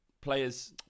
players